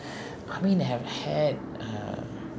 I mean I have had uh